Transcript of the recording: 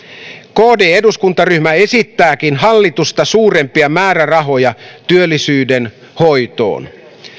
kristillisdemokraattinen eduskuntaryhmä esittääkin hallitusta suurempia määrärahoja työllisyyden hoitoon